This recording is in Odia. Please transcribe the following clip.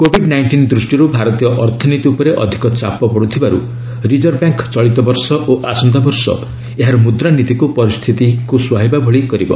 କୋବିଡ୍ ନାଇଷ୍ଟିନ୍ ଦୃଷ୍ଟିରୁ ଭାରତୀୟ ଅର୍ଥନୀତି ଉପରେ ଅଧିକ ଚାପ ପଡୁଥିବାରୁ ରିଜର୍ଭ ବ୍ୟାଙ୍କ୍ ଚଳିତ ବର୍ଷ ଓ ଆସନ୍ତା ବର୍ଷ ଏହାର ମୁଦ୍ରାନୀତିକୁ ପରିସ୍ଥିତି ସୁହାଇବା ଭଳି କରିବ